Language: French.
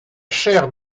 chaire